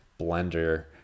blender